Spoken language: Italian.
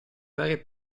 varie